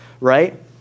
right